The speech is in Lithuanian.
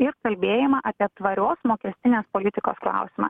ir kalbėjimą apie tvarios mokestinės politikos klausimą